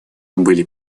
были